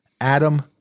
Adam